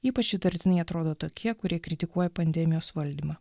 ypač įtartinai atrodo tokie kurie kritikuoja pandemijos valdymą